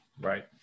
Right